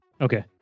Okay